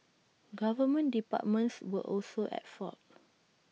government departments were also at fault